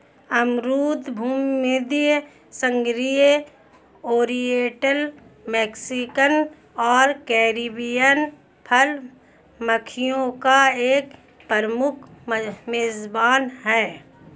अमरूद भूमध्यसागरीय, oriental, Mexican और कैरिबियन फल मक्खियों का एक प्रमुख मेजबान है